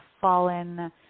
fallen